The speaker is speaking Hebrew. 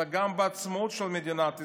אלא גם בעצמאות של מדינת ישראל.